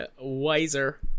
wiser